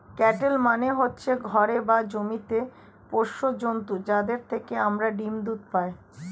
cattle মানে হচ্ছে ঘরে বা জমিতে পোষ্য জন্তু যাদের থেকে আমরা ডিম, দুধ পাই